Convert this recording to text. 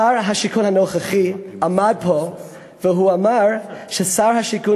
שר השיכון הנוכחי עמד פה ואמר ששר השיכון